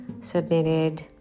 submitted